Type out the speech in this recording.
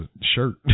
shirt